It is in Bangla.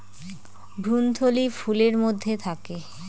ভ্রূণথলি ফুলের মধ্যে থাকে